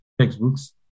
textbooks